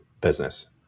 business